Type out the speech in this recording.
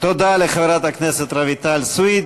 תודה לחברת הכנסת רויטל סויד.